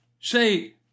Say